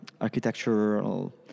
architectural